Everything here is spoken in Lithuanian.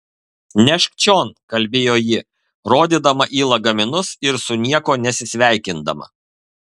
nešk čion kalbėjo ji rodydama į lagaminus ir su niekuo nesisveikindama